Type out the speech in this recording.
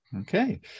Okay